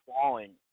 falling